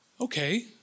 okay